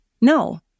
No